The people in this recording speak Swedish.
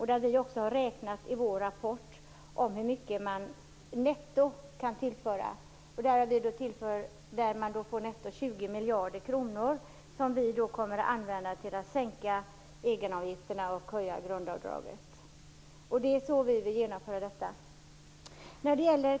I vår rapport har vi också räknat hur mycket man netto kan tillföra. Det blir netto 20 miljarder kronor, som vi kommer att använda till att sänka egenavgifterna och till att höja grundavdraget. Det är så vi vill genomföra detta.